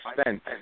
spent